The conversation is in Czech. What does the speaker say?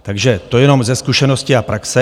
Takže to jenom ze zkušenosti a praxe.